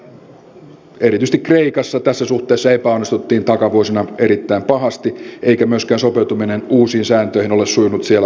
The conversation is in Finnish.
tiedämme että erityisesti kreikassa tässä suhteessa epäonnistuttiin takavuosina erittäin pahasti eikä myöskään sopeutuminen uusiin sääntöihin ole sujunut siellä ongelmitta